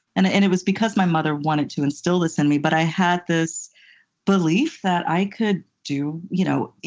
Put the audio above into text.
and it and it was because my mother wanted to instill this in me, but i had this belief that i could do, you know,